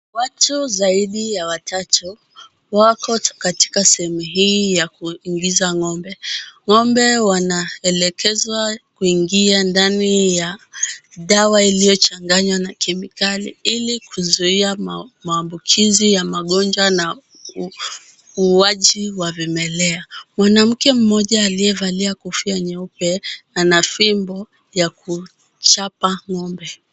Watu zaidi ya watatu, wako katika sehemu hii ya kuingiza ng'ombe. Ng'ombe wanaelekezwa kuingia ndani ya dawa iliyochanganywa na kemikali ili kuzuia maambukizi ya magonjwa na uuaji wa vimelea. Mwanammke mmoja aliyevalia kofia nyeupe, ana fimbo ya kuchapa ng'ombe.